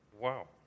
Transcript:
Wow